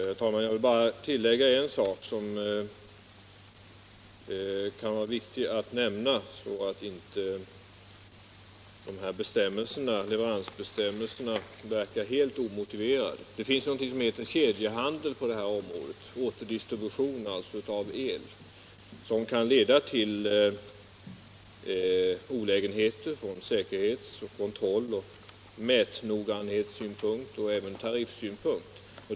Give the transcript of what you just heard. Herr talman! Jag vill bara tillägga en sak som kan vara viktig att säga, så att inte leveransbestämmelserna verkar helt omotiverade. Det finns på detta område något som heter kedjehandel — återdistribution av el — som kan leda till olägenheter från säkerhets-, kontroll-, mätnoggrannhetsoch tariffsynpunkter.